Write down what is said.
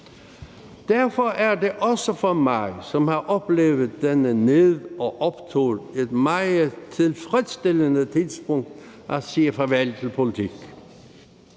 Derfor er det også for mig, som har oplevet denne ned- og optur, et meget tilfredsstillende tidspunkt at sige farvel til politik